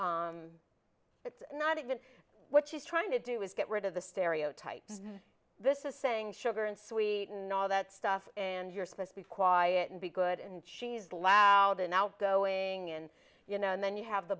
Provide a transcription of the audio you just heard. it's not even what she's trying to do is get rid of the stereotype this is saying sugar and sweet and all that stuff and you're supposed to be quiet and be good and she's lallana now going and you know and then you have the